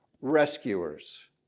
rescuers